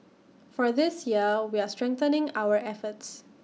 for this year we're strengthening our efforts